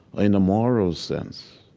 in the moral sense,